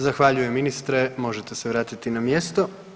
Zahvaljujem ministre, možete se vratiti na mjesto.